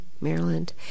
Maryland